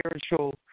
spiritual